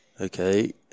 Okay